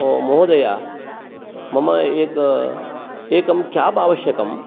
भो महोदय मम एकं एकं केब् आवश्यकं